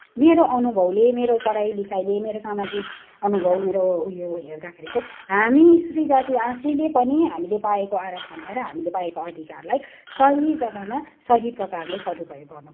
मेरो अनुभवले मेरो पढाइ लिखाइले मेरो सामाजिक अनुभव उ यो मेरो हेर्दाखेरि चाहिँ हामी स्त्री जाति आफैँले पनि हामीले पाएको आरक्षण हामीले पाएको अधिकारलाई सही जग्गामा सही प्रकारले सदुपयोग गर्नुपऱ्यो